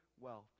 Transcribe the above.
wealth